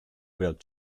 without